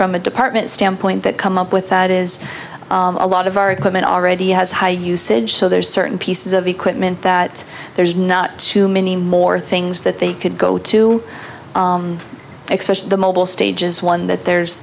from a department standpoint that come up with that is a lot of our equipment already has high usage so there's certain pieces of equipment that there's not too many more things that they could go to the mobile stages one that there's